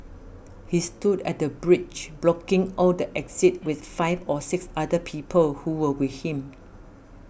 he stood at the bridge blocking off the exit with five or six other people who were with him